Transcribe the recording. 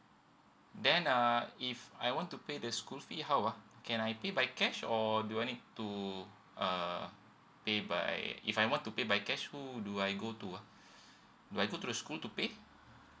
then uh if I want to pay the school fee how ah can I pay by cash or do I need to uh pay by if I want to pay by cash who do I go to ah do I go to the school to pay